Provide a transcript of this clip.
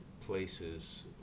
places